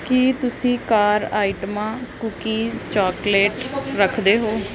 ਕੀ ਤੁਸੀਂ ਕਾਰ ਆਈਟਮਾਂ cookies chocolate ਰੱਖਦੇ ਹੋ